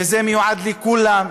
וזה מיועד לכולם.